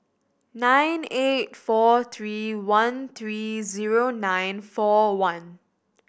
nine eight four three one three zero nine four one